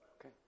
Okay